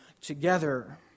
together